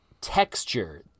texture